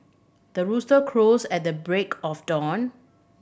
the rooster crows at the break of dawn